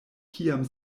kiam